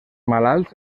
malalts